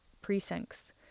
precincts